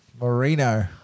Moreno